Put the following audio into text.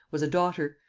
was a daughter,